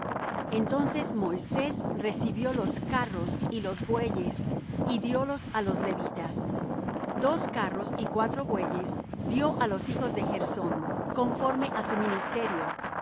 entonces moisés recibió los carros y los bueyes y diólos á los levitas dos carros y cuatro bueyes dió á los hijos de gersón conforme á su ministerio